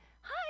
Hi